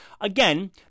Again